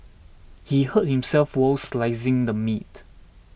he hurt himself while slicing the meat